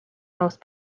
most